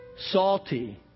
salty